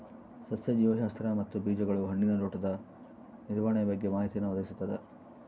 ಸಸ್ಯ ಜೀವಶಾಸ್ತ್ರ ಮತ್ತು ಬೀಜಗಳು ಹಣ್ಣಿನ ತೋಟದ ನಿರ್ವಹಣೆಯ ಬಗ್ಗೆ ಮಾಹಿತಿಯನ್ನು ಒದಗಿಸ್ತದ